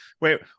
wait